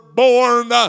Born